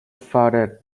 founded